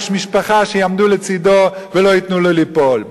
יש משפחה שיעמדו לצדו ולא ייתנו לו ליפול.